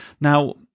Now